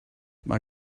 mae